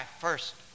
first